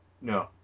no